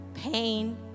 Pain